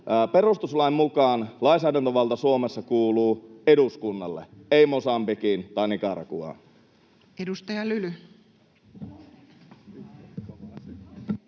perustuslain mukaan lainsäädäntövalta Suomessa kuuluu eduskunnalle, ei Mosambikiin tai Nicaraguaan.